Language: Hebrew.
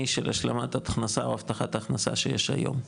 של השלמת הכנסה או הבטחת הכנסה שיש היום,